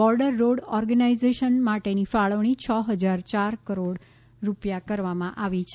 border road organisation માટેની ફાળવણી છ ફજાર ચાર કરોડ રૂપિયા કરવામાં આવી છે